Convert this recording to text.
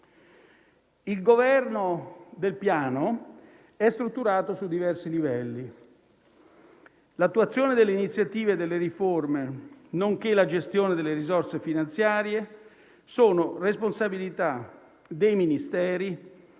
Il governo del Piano è strutturato su diversi livelli. L'attuazione delle iniziative e delle riforme, nonché la gestione delle risorse finanziarie, sono responsabilità dei Ministeri